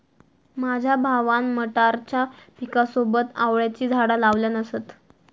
माझ्या भावान मटारच्या पिकासोबत आवळ्याची झाडा लावल्यान असत